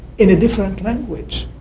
in a different language,